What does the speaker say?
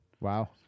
Wow